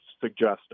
suggested